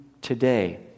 today